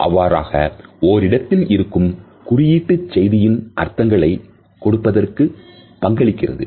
இவ்வாறாக ஓரிடத்தில் இருக்கும் குறியீடு செய்தியின் அர்த்தங்களை கொடுப்பதற்கு பங்களிக்கிறது